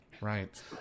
Right